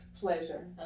Pleasure